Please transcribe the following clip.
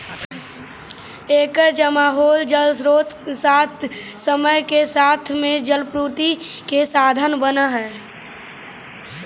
एकर जमा होल जलस्रोत समय के साथ में जलापूर्ति के साधन बनऽ हई